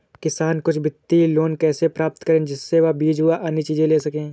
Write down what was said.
किसान कुछ वित्तीय लोन कैसे प्राप्त करें जिससे वह बीज व अन्य चीज ले सके?